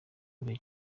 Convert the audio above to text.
mbere